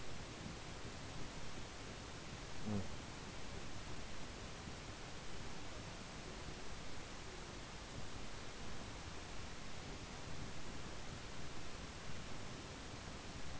mm